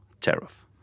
tariff